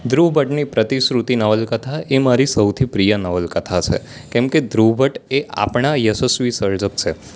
ધ્રુવ ભટ્ટની પ્રતિશ્રુતિ નવલકથા એ મારી સૌથી પ્રિય નવલકથા છે કેમ કે ધ્રુવ ભટ્ટ એ આપણા યશસ્વિ સર્જક છે